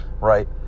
right